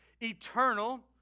eternal